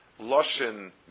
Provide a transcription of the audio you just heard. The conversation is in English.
loshin